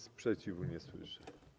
Sprzeciwu nie słyszę.